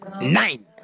nine